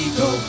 go